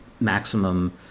maximum